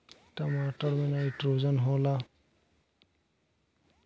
टमाटर मे नाइट्रोजन होला?